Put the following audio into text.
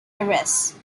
arrests